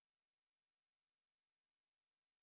Harry-Potter